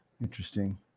Interesting